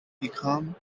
become